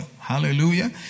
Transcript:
Hallelujah